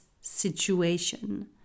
situation